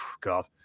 God